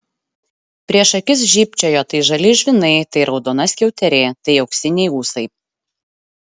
prieš akis žybčiojo tai žali žvynai tai raudona skiauterė tai auksiniai ūsai